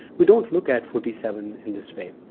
we don't look at forty seven in this way.